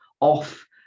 off